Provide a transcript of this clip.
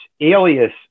alias